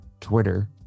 Twitter